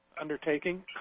undertaking